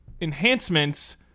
enhancements